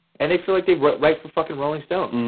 and they feel like they write for fucking rolling stone,